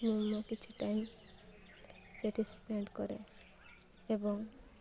ମୁଁ ମୁଁ କିଛି ଟାଇମ୍ ସେଠି ସ୍ପେଣ୍ଡ କରେ ଏବଂ